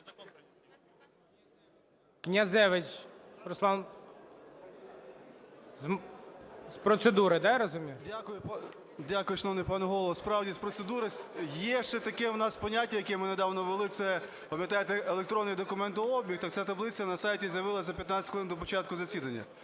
Дякую, шановний пане Голово. Справді, з процедури. Є ще таке у нас поняття, яке ми недавно ввели, – це, пам'ятаєте, електронний документообіг? Так ця таблиця на сайті з'явилась за 15 хвилин до початку засідання.